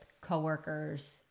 coworkers